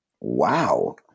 Wow